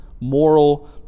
Moral